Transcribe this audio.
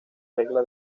regla